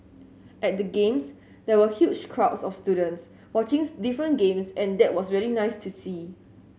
at the Games there were huge crowds of students watching different games and that was really nice to see